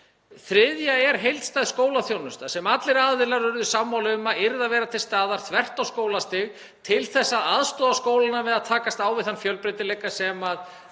Þriðja er heildstæð skólaþjónusta sem allir aðilar urðu sammála um að yrði að vera til staðar þvert á skólastig til að aðstoða skólana við að takast á við þann fjölbreytileika sem